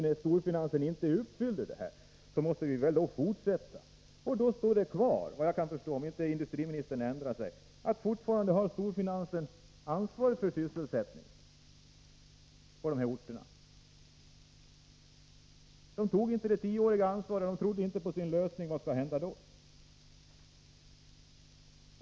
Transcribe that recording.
När storfinansen nu inte uppfyller dessa krav måste vi fortsätta. Då kvarstår det faktum — om inte industriministern har ändrat sig — att storfinansen fortfarande har ansvar för sysselsättningen på de här orterna. Storfinansen tog inte ett ansvar på tio år, man trodde inte på sin lösning. Vad skall hända då?